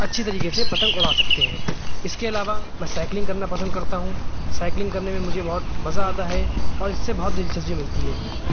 اچھی طریقے سے پتنگ اڑا سکتے ہیں اس کے علاوہ میں سائیلنگ کرنا پسند کرتا ہوں سائیلنگ کرنے میں مجھے بہت مزہ آتا ہے اور اس سے بہت دلچسپی ملتی ہے